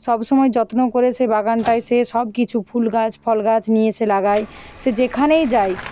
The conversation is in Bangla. সব সময় যত্ন করে সে বাগানটায় সে সব কিছু ফুলগাছ ফলগাছ নিয়ে এসে লাগায় সে যেখানেই যায়